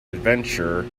adventure